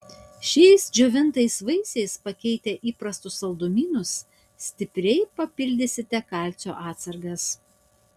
šiais džiovintais vaisiais pakeitę įprastus saldumynus stipriai papildysite kalcio atsargas